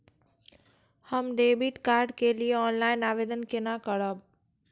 हम debit card के लिए ऑनलाइन आवेदन केना करब?